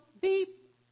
Beep